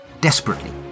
desperately